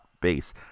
base